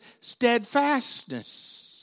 steadfastness